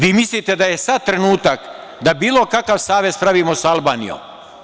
Vi mislite da je sada trenutak da bilo kakav savez pravimo sa Albanijom?